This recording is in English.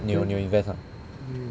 你有你有 invest 吗